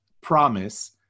promise